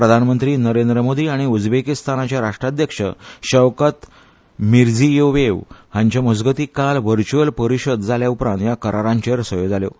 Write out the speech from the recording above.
प्रधानमंत्री नरेंद्र मोदी आनी उझबेकिस्तानाचे राष्ट्राध्यक्ष शौकत मिरझीयोयेव हांचे मजगतीं काल व्हर्च्यूअल परिशद जाले उपरांत ह्या करारांचेर सयो जाल्यो